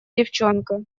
девчонка